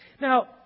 Now